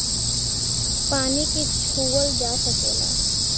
पानी के छूअल जा सकेला